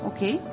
Okay